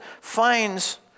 finds